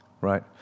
Right